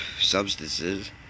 substances